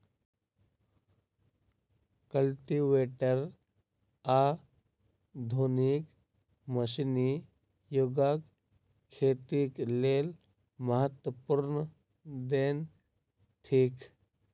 cultivator आधुनिक मशीनी युगक खेतीक लेल महत्वपूर्ण देन थिक